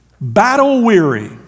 battle-weary